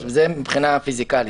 זה מבחינה פיזיקלית.